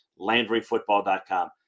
LandryFootball.com